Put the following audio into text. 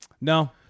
No